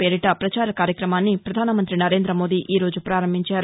పేరిట పచార కార్యక్రమాన్ని పధానమంతి నరేంద్ర మోదీ ఈ రోజు పారంభించారు